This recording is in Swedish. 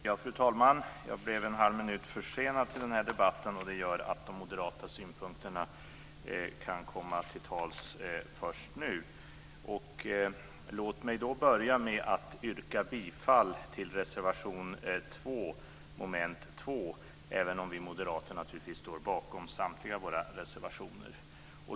Fru talman! Jag blev en halv minut försenad till den här debatten, och det gör att de moderata synpunkterna kan föras fram först nu. Låt mig börja med att yrka bifall till reservation 2 under mom. 2. Vi moderater står naturligtvis också bakom samtliga övriga av våra reservationer.